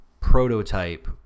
prototype